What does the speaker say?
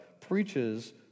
preaches